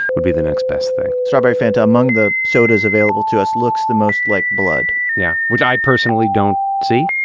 would be the next best thing strawberry fanta, among the sodas available to us, looks the most like blood yeah. which i personally don't see,